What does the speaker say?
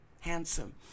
handsome